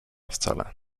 wcale